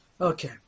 Okay